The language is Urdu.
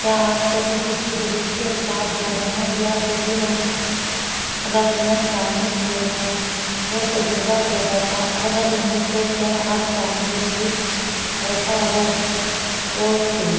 کیا آپ کبھی کسی گروپ کے ساتھ دوڑے ہیں یا کسی رنگ کلب میں شامل ہوئے ہیں وہ تجربہ کیسا تھا اگر نہیں تو کیا آپ چاہیں گے کہ ایسا ہو اور کیوں